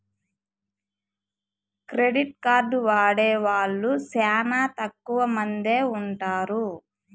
credit card వాడే వాళ్ళు శ్యానా తక్కువ మందే ఉంటారు